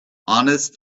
honest